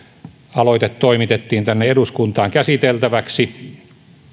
aloite toimitettiin tänne eduskuntaan käsiteltäväksi